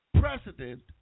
precedent